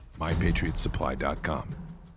MyPatriotSupply.com